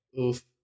Oof